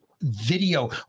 video